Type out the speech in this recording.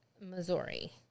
Missouri